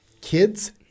Kids